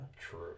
True